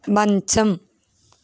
మంచం